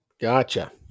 gotcha